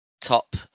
top